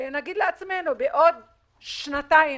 כדי שנגיד לעצמנו בעוד שנתיים,